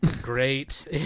Great